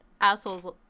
assholes